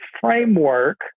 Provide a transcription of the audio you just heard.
framework